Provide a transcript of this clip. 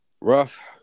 Rough